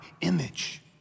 image